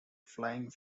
flying